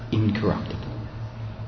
incorruptible